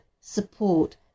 support